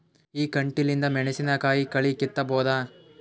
ಈ ಕಂಟಿಲಿಂದ ಮೆಣಸಿನಕಾಯಿ ಕಳಿ ಕಿತ್ತಬೋದ?